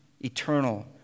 eternal